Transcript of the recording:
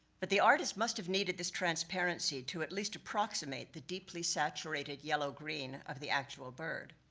but the artist must have needed this transparency to at least approximate the deeply saturated yellow-green of the actual bird.